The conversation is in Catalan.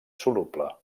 soluble